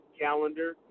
calendar